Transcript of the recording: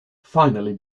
finally